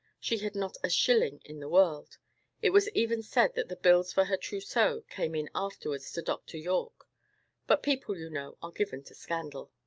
she had not a shilling in the world it was even said that the bills for her trousseau came in afterwards to dr. yorke but people, you know, are given to scandal.